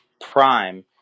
prime